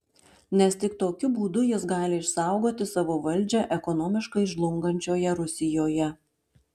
nes tik tokiu būdu jis gali išsaugoti savo valdžią ekonomiškai žlungančioje rusijoje